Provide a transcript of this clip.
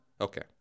Okay